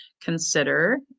consider